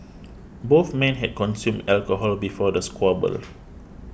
both men had consumed alcohol before the squabble